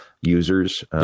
users